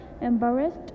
embarrassed